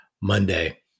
Monday